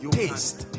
taste